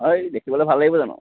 হয় দেখিবলৈ ভাল লাগিব জানো